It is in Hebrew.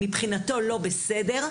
מבחינתו לא בסדר,